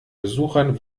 besuchern